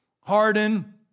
Harden